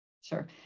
Sure